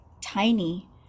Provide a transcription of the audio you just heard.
tiny